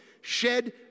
Shed